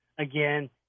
Again